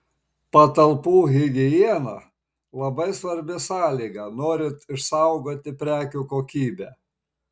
patalpų higiena labai svarbi sąlyga norint išsaugoti prekių kokybę